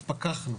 התפקחנו.